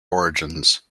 origins